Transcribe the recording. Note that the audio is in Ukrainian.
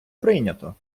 прийнято